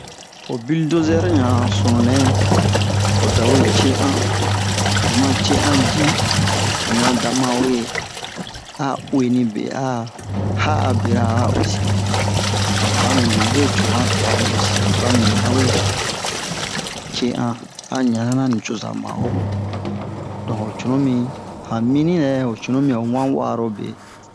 ho buldozer ɲan a sunu-nɛ o dawe ce an ho ma ce an ci ho ɲan dama we a uheni-be a ha'a bera a osi han twa mibin we co han vɛha i osi han twa mibin awe ce an a ɲanna nucoza ma'o donk ho cunumi han mini-rɛ ho cunu-mi han wan wa'arobe